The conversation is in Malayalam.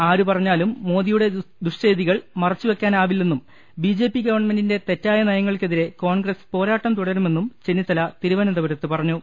ആരുപറഞ്ഞാലും മോദിയുടെ ദുഷ്ചെയ്തികൾ മറച്ചുവയ്ക്കാ നാവില്ലെന്നും ബിജെപ്പി ഗവൺമെന്റിന്റെ തെറ്റായ നയങ്ങൾക്കെതിരെ കോൺഗ്രസ് പോരാട്ടം തുടരുമെന്നും ചെന്നിത്തല തിരുവനന്തപുരത്ത് പറഞ്ഞു